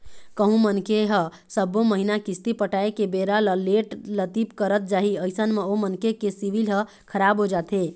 कहूँ मनखे ह सब्बो महिना किस्ती पटाय के बेरा ल लेट लतीफ करत जाही अइसन म ओ मनखे के सिविल ह खराब हो जाथे